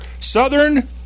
Southern